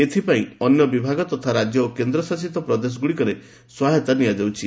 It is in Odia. ଏଥିପାଇଁ ଅନ୍ୟ ବିଭାଗ ତଥା ରାଜ୍ୟ ଓ କେନ୍ଦ୍ର ଶାସିତ ପ୍ରଦେଶଗୁଡ଼ିକର ସହାୟତା ନିଆଯାଉଛି